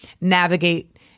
navigate